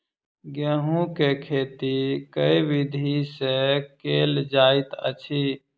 गेंहूँ केँ खेती केँ विधि सँ केल जाइत अछि?